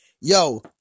yo